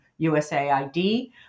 USAID